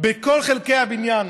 בין כל חלקי הבניין.